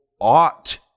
ought